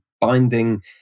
binding